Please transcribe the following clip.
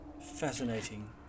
Fascinating